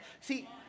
See